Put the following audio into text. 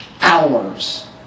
hours